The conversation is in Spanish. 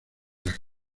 las